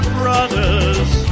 brothers